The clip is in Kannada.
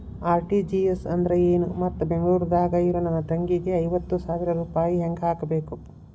ಆರ್.ಟಿ.ಜಿ.ಎಸ್ ಅಂದ್ರ ಏನು ಮತ್ತ ಬೆಂಗಳೂರದಾಗ್ ಇರೋ ನನ್ನ ತಂಗಿಗೆ ಐವತ್ತು ಸಾವಿರ ರೂಪಾಯಿ ಹೆಂಗ್ ಹಾಕಬೇಕು?